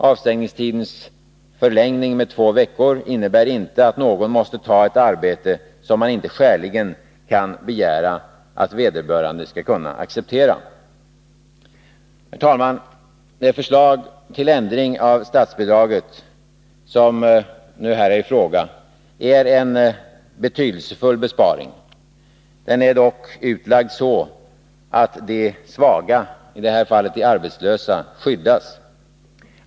Avstängningstidens förlängning med två veckor innebär inte att någon måste ta ett arbete som man inte skäligen kan begära att vederbörande skall kunna acceptera. Herr talman! Det förslag till ändring av statsbidraget som det nu är fråga om innebär en betydelsefull besparing. Besparingen är dock utlagd så att de svaga, i det här fallet de arbetslösa, skyddas.